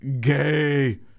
gay